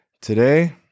today